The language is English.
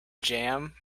jam